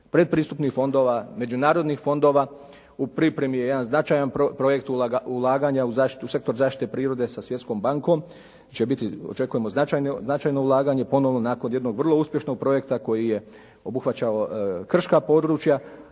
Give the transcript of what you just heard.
predpristupnih fondova, međunarodnih fondova. U pripremi je jedan značajan projekt ulaganja u zaštitu, sektor zaštite prirode sa Svjetskom bankom će biti očekujemo značajno ulaganje nakon jednog vrlo uspješnog projekta koji je obuhvaćao krška područja.